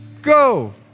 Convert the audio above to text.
Go